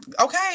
Okay